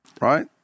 right